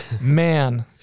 man